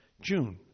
June